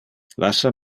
lassa